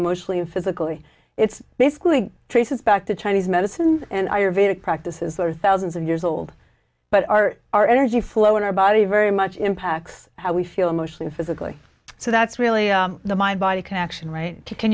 emotionally and physically it's basically traces back to chinese medicines and i are vedic practices that are thousands of years old but are our energy flow and our body very much impacts how we feel emotionally physically so that's really the mind body connection right can